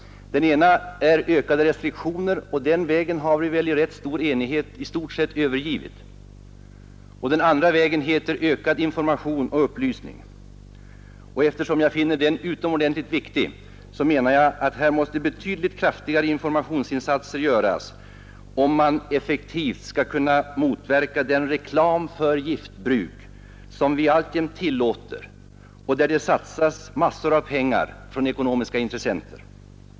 Den ena är ökade restriktioner, och den vägen har vi väl i rätt stor enighet i stort sett övergivit. Den andra vägen heter ökad information och upplysning. Eftersom jag finner den utomordentligt viktig menar jag att kraftigare informationsinsatser måste göras, om man effektivt skall kunna motverka den reklam för giftbruk som vi alltjämt tillåter och där det satsas massor av pengar från ekonomiska intressenter.